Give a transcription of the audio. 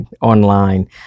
online